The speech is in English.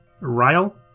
Ryle